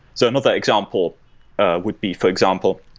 so another example ah would be, for example,